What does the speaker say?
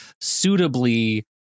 suitably